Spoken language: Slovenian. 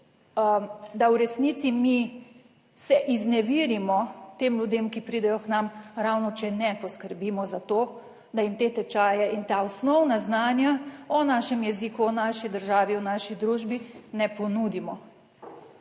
da v resnici mi se izneverimo tem ljudem, ki pridejo k nam ravno, če ne poskrbimo za to, da jim te tečaje in ta osnovna znanja o našem jeziku, o naši državi, v naši družbi, ne ponudimo,